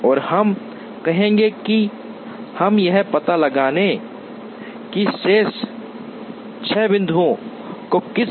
और हम कहेंगे कि हम यह पता लगाएंगे कि शेष छह बिंदुओं को किस सुविधा से जोड़ा जाना है न्यूनतम दूरी है